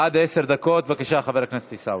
עד עשר דקות, בבקשה, חבר הכנסת עיסאווי.